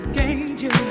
danger